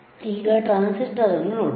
ಈಗ ಟ್ರಾನ್ಸಿಸ್ಟರ್ ಅನ್ನು ನೋಡೋಣ